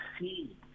see